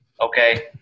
okay